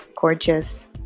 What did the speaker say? Gorgeous